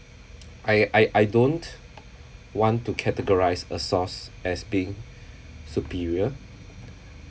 I I I don't want to categorize a source as being superior